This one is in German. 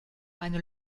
eine